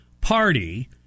party